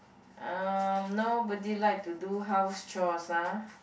um nobody like to do house chores ah